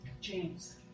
James